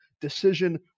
decision